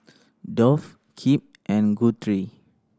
Dolph Kip and Guthrie